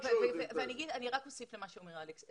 אני רק אוסיף למה שאומר אלכס,